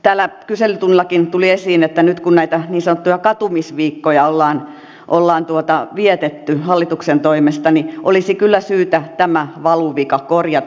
täällä kyselytunnillakin tuli esiin että nyt kun näitä niin sanottuja katumisviikkoja ollaan vietetty hallituksen toimesta niin olisi kyllä syytä tämä valuvika korjata